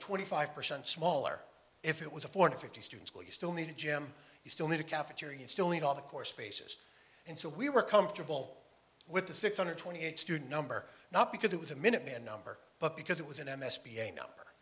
twenty five percent smaller if it was a foreigner fifty students will you still need a gym you still need a cafeteria and still need all the core spaces and so we were comfortable with the six hundred twenty eight student number not because it was a minute and number but because it was an m s p a number